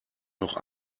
noch